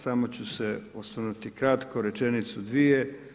Samo ću se osvrnuti kratko, rečenicu, dvije.